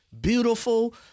beautiful